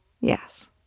yes